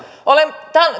olen